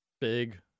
Big